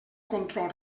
control